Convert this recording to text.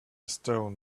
stone